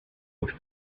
have